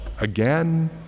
again